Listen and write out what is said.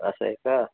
असं आहे का